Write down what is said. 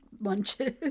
lunches